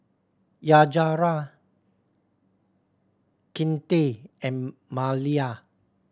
Yajaira Kinte and Malia